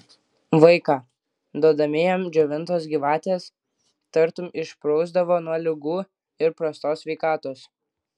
vaiką duodami jam džiovintos gyvatės tartum išprausdavo nuo ligų ir prastos sveikatos